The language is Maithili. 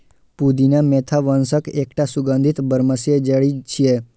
पुदीना मेंथा वंशक एकटा सुगंधित बरमसिया जड़ी छियै